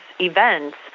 events